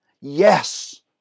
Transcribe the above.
Yes